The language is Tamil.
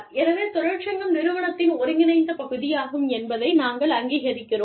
எனவே தொழிற்சங்கம் நிறுவனத்தின் ஒருங்கிணைந்த பகுதியாகும் என்பதை நாங்கள் அங்கீகரிக்கிறோம்